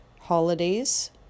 holidays